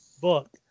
book